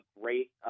great